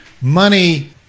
money